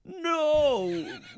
No